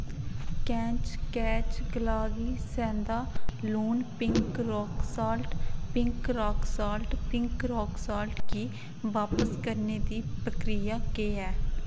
catch कैच गलाबी सेंधा लून pink rock salt pink rock salt pink rock salt गी बापस करने दी प्रक्रिया केह् ऐ